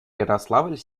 ярославль